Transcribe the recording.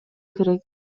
керек